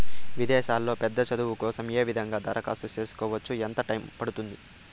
విదేశాల్లో పెద్ద చదువు కోసం ఏ విధంగా దరఖాస్తు సేసుకోవచ్చు? ఎంత టైము పడుతుంది?